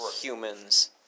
Humans